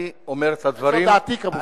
אני אומר את הדברים, זו דעתי, כמובן.